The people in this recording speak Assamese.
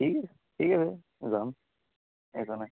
ঠিক ঠিক আছে যাম একো নাই